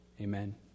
Amen